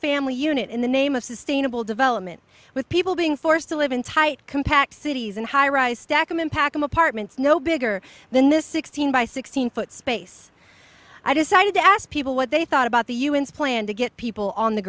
family unit in the name of sustainable development with people being forced to live in tight compact cities and high rise stack them in packing apartments no bigger than this sixteen by sixteen foot space i decided to ask people what they thought about the un's plan to get people on the